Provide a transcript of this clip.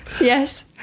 yes